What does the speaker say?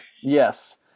Yes